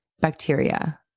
bacteria